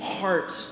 heart